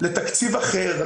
לתקציב אחר,